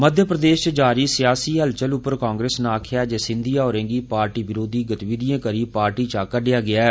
मध्य प्रदेश च जारी सियासी हलचल पर कांग्रेस नै आक्खेया ऐ जे सिंधिया होरें गी पार्टी विरोधी गतिविधियें करी पार्टी चा कड्डेया गेया ऐ